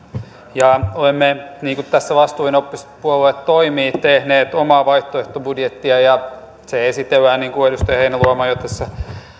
olemme niin kuin tässä vastuullinen oppositiopuolue toimii tehneet omaa vaihtoehtobudjettia ja se esitellään niin kuin edustaja heinäluoma jo tässä